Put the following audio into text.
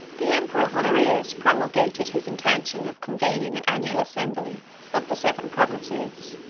the emperor honorius promulgated his intention of convening an annual assembly of the seven provinces